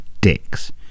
dicks